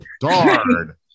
darn